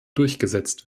durchgesetzt